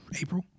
April